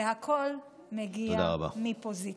והכול מגיע מפוזיציה.